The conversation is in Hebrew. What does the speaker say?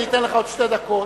אני אתן לך עוד שתי דקות,